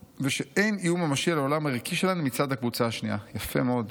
ושאין איום ממשי על העולם הערכי שלהן מצד הקבוצה השנייה" יפה מאוד,